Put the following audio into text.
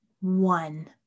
one